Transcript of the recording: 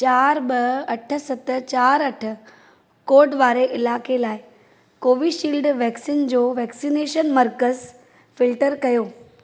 चार ॿ अठ सत चार अठ कोड वारे इलाइक़े लाइ कोवीशील्ड वैक्सिन जो वैक्सिनेशन मर्कज़ फिल्टर कयो